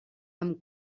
amb